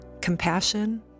compassion